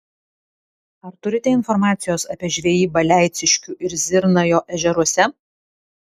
ar turite informacijos apie žvejybą leiciškių ir zirnajo ežeruose